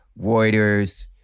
Reuters